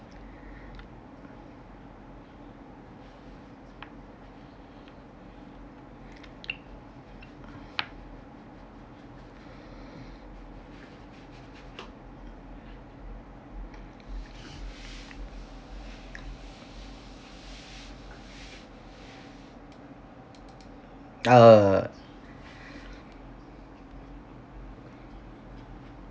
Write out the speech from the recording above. uh